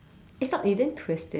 it's not you didn't twist it